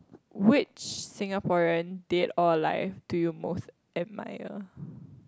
which Singaporean that all like do you most admire